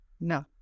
no